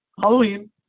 Halloween